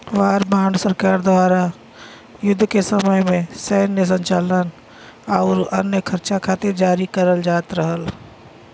war bond सरकार द्वारा युद्ध के समय में सैन्य संचालन आउर अन्य खर्चा खातिर जारी करल जात रहल